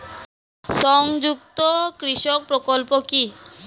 সংযুক্ত কৃষক প্রকল্প কি?